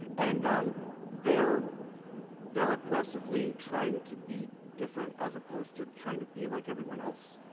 and um they're they're aggressively trying to be different as opposed to trying to be like everyone else,